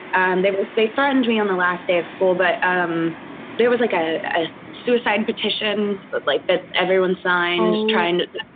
and they they threatened me on the last day of school. but um there was like a suicide petitions but like that everyone signed trying to.